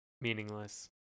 meaningless